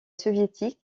soviétique